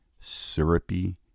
syrupy